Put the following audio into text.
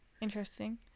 Interesting